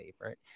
favorite